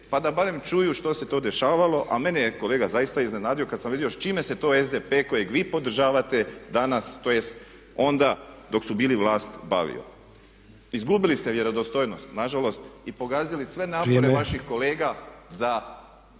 pa da barem čuju što se to dešavalo. A mene je kolega zaista iznenadio kad sam vidio s čime se to SDP-e kojeg vi podržavate danas tj. onda dok su bili vlast bavio. Izgubili ste vjerodostojnost nažalost i pogazili sve napore vaših kolega da